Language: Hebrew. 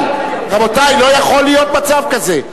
רבותי, לא יכול להיות מצב כזה.